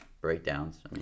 breakdowns